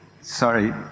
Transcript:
Sorry